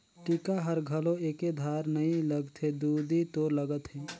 टीका हर घलो एके धार नइ लगथे दुदि तोर लगत हे